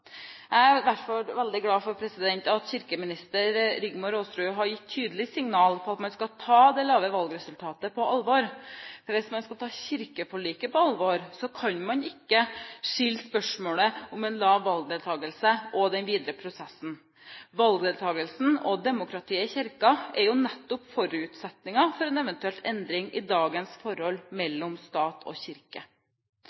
Jeg er i hvert fall veldig glad for at kirkeminister Rigmor Aasrud har gitt tydelig signal om at man skal ta det lave valgresultatet på alvor. For hvis man skal ta kirkeforliket på alvor, kan man ikke skille spørsmålet om en lav valgdeltagelse og den videre prosessen. Valgdeltagelsen og demokratiet i Kirken er jo nettopp forutsetningen for en eventuell endring i dagens forhold